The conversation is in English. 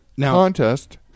contest